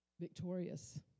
victorious